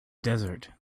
desert